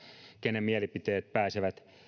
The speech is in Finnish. kenen mielipiteet pääsevät